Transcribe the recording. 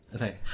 Right